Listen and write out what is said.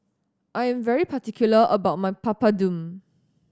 I am very particular about my Papadum